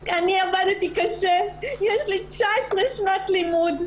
אני עבדתי קשה, יש לי 19 שנות לימוד.